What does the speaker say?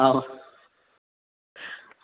आम् आम्